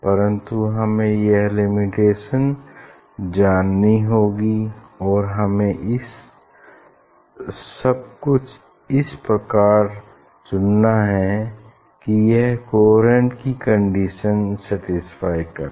परन्तु हमें यह लिमिटेशन जाननी होगी और हमें सब कुछ इस प्रकार चुनना है कि यह कोहेरेंट की कंडीशन सटिस्फाय करे